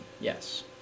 Yes